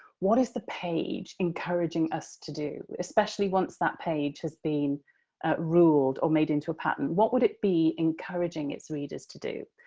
what is the page encouraging us to do? especially once that page has been ruled or made into a pattern. what would it be encouraging its readers to do?